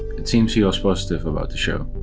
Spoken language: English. it seems he was positive about the show,